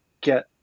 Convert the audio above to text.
get